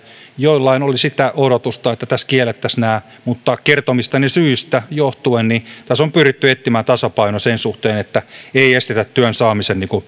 joillain oli sitä odotusta että tässä kiellettäisiin nämä mutta kertomistani syistä johtuen tässä on pyritty etsimään tasapaino sen suhteen niin että ei estetä työn saamisen